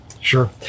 Sure